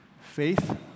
Faith